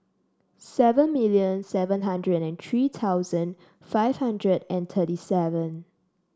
seven million seven hundred and three thousand five hundred and thirty seven